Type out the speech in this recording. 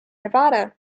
nevada